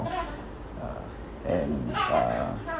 uh and uh